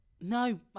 No